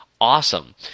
awesome